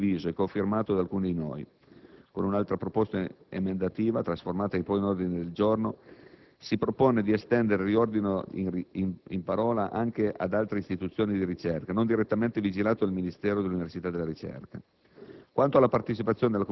Si tratta di un emendamento condiviso e cofirmato da alcuni di noi. Con un'altra proposta emendativa (trasformata poi in ordine del giorno) si propone di estendere il riordino in parola anche ad altre istituzioni di ricerca, non direttamente vigilate dal Ministro dell'università e della ricerca.